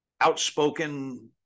outspoken